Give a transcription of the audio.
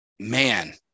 Man